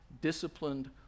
disciplined